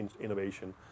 innovation